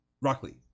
Rockley